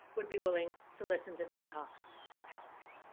would be willing to listen to them talk for hours.